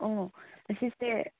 ꯑꯣ ꯑꯁꯤꯁꯦ